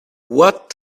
what